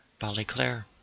Ballyclare